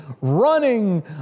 running